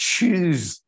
Choose